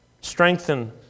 Strengthen